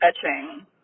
Etching